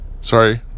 sorry